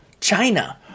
China